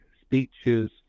speeches